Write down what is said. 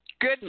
good